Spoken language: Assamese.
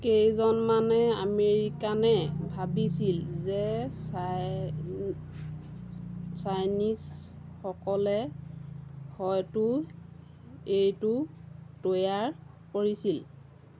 কেইজনমানে আমেৰিকানে ভাবিছিল যে চাই চাইনিজসকলে হয়টো এইটো তৈয়াৰ কৰিছিল